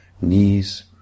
knees